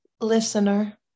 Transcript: listener